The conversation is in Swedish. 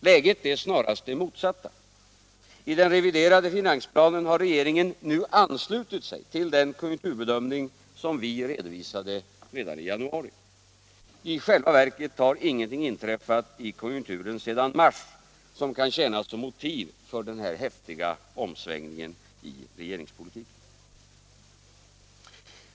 Läget är snarast det motsatta. I den reviderade finansplanen har regeringen nu anslutit sig till den konjunkturbedömning som vi redovisade redan i januari. I själva verket har ingenting inträffat i konjunkturen sedan i mars som kan tjäna som motiv för den här häftiga omsvängningen i regeringspolitiken.